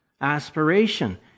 aspiration